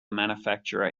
manufacturer